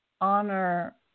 honor